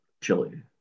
chili